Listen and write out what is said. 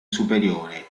superiore